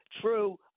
true